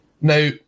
Now